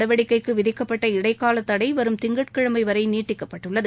நடவடிக்கைக்கு விதிக்கப்பட்ட அதிபரின் இடைக்கால தடை வரும் திங்கட்கிழமை வரை நீட்டிக்கப்பட்டுள்ளது